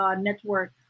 network